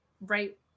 right